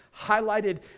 highlighted